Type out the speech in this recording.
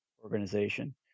organization